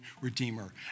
redeemer